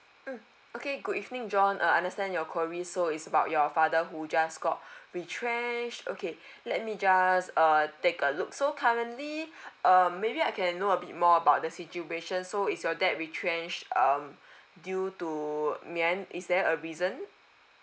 mm okay good evening john uh understand your query so is about your father who just got retrenched okay let me just err take a look so currently err maybe I can know a bit more about the situation so is your dad retrench um due to may I is there a reason